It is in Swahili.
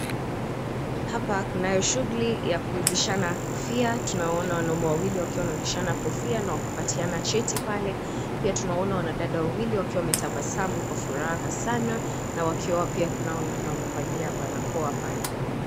Hapa kunayo shughuli ya kuvishana kofia. Tunawaona wanaume wawili wakiwa wanavishana kofia na kupatiana cheti pale. Pia tunawaona wanadada wawili wakiwa wametabasamu sana kwa furaha sana na wakiwa pia na wengine wamevalia barakoa pale.